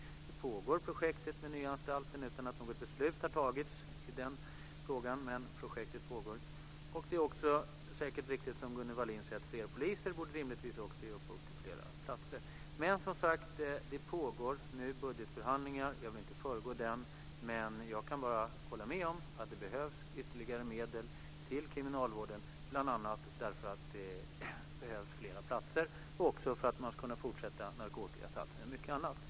Det här projektet med nya anstalter pågår. Inget beslut har fattats men projektet pågår. Det är säkert också riktigt som Gunnel Wallin säger, att fler poliser rimligtvis också borde ge upphov till flera platser. Men det pågår som sagt budgetförhandlingar nu. Jag vill inte föregå dem. Jag kan bara hålla med om att det behövs ytterligare medel till kriminalvården, bl.a. för att det behövs flera platser och också för att man ska kunna fortsätta narkotikasatsningar och mycket annat.